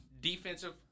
Defensive